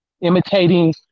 imitating